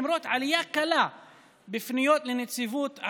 למרות עלייה קלה בפניות לנציבות,